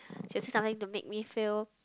she will say something to make me feel